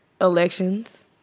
elections